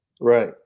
Right